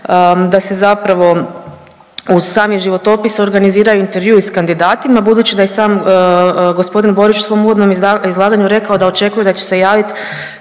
da se zapravo uz sami životopis organizira i intervju i s kandidatima budući da i sam g. Borić u svom uvodnom izlaganju rekao da očekuje da će se javit